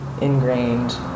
ingrained